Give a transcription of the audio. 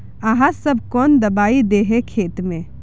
आहाँ सब कौन दबाइ दे है खेत में?